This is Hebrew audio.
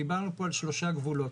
דיברנו פה על שלושה גבולות.